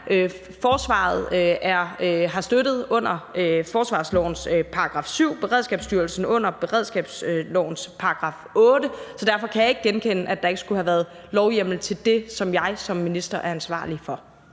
Forsvaret har støttet under forsvarslovens § 7, og Beredskabsstyrelsen under beredskabslovens § 8, så derfor kan jeg ikke genkende, at der ikke skulle have været lovhjemmel til det, som jeg som minister er ansvarlig for.